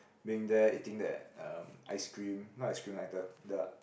being there eating that um ice cream not ice cream like the the